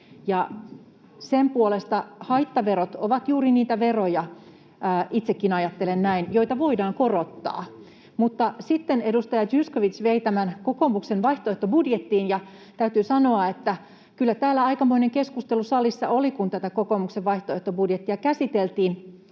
Sen puolesta haittaverot ovat juuri niitä veroja — itsekin ajattelen näin — joita voidaan korottaa. Sitten edustaja Zyskowicz vei tämän kokoomuksen vaihtoehtobudjettiin, ja täytyy sanoa, että kyllä täällä aikamoinen keskustelu salissa oli, kun tätä kokoomuksen vaihtoehtobudjettia käsiteltiin.